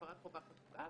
הפרת חובה חקוקה,